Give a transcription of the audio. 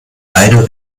beiden